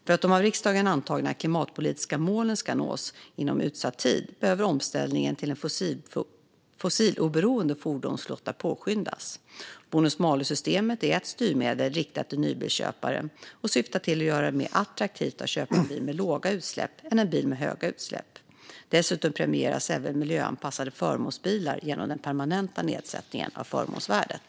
För att de av riksdagen antagna klimatpolitiska målen ska nås inom utsatt tid behöver omställningen till en fossiloberoende fordonsflotta påskyndas. Bonus-malus-systemet är ett styrmedel riktat till nybilsköpare och syftar till att göra det mer attraktivt att köpa en bil med låga utsläpp än en bil med höga utsläpp. Dessutom premieras även miljöanpassade förmånsbilar genom den permanenta nedsättningen av förmånsvärdet.